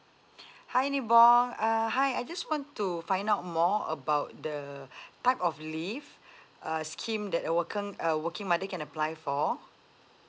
hi nibong uh hi I just want to find out more about the type of leave uh scheme that working uh working mother can apply for